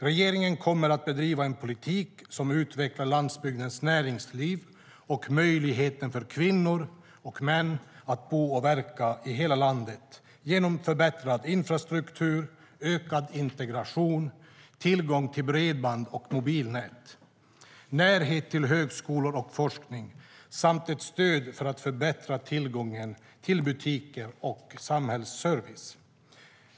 Regeringen kommer att bedriva en politik som utvecklar landsbygdens näringsliv och möjligheten för kvinnor och män att bo och verka i hela landet genom förbättrad infrastruktur, ökad integration, tillgång till bredband och mobilnät, närhet till högskolor och forskning samt ett stöd för att förbättra tillgången till butiker och samhällsservice.